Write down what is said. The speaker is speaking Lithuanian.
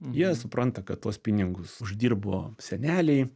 jie supranta kad tuos pinigus uždirbo seneliai